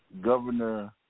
governor